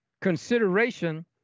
consideration